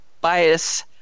bias